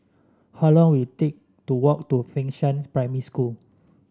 how long will it take to walk to Fengshan Primary School